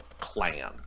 clan